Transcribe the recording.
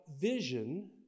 vision